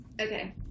Okay